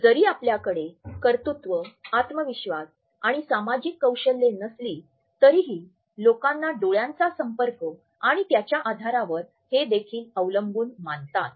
जरी आपल्याकडे कर्तृत्व आत्मविश्वास आणि सामाजिक कौशल्ये नसली तरीही लोकांना डोळ्यांचा संपर्क आणि त्याच्या आधारावर हे देखील अवलंबून मानतात